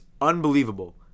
unbelievable